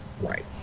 right